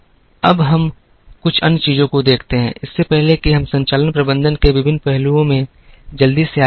अब हम कुछ अन्य चीजों को देखते हैं इससे पहले कि हम संचालन प्रबंधन के विभिन्न पहलुओं में जल्दी से आगे बढ़ें